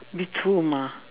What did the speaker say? with whom ah